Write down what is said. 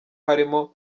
harimo